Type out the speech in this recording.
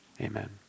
amen